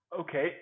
okay